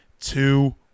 two